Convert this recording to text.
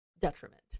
detriment